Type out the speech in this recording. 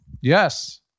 Yes